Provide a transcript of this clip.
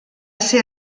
ser